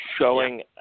showing